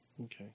Okay